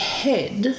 head